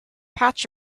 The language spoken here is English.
patch